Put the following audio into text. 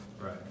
Right